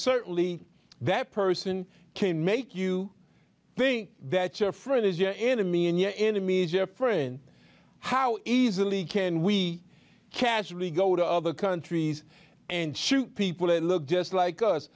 certainly that person can make you think that your friend is your enemy and your enemy is your friend how easily can we casually go to other countries and shoot people that look just like us